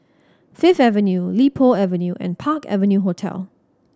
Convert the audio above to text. Fifth Avenue Li Po Avenue and Park Avenue Hotel